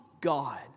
God